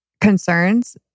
concerns